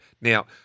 Now